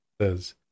Says